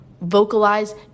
vocalize